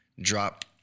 drop